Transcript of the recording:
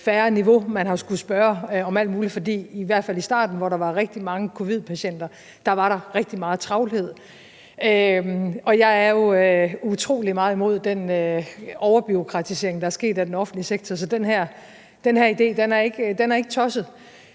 færre niveauer, man har skullet spørge om alt muligt. For i hvert fald i starten, hvor der var rigtig mange covidpatienter, var der rigtig meget travlhed. Jeg er utrolig meget imod den overbureaukratisering, der er sket, af den offentlige sektor, så den her idé er ikke tosset.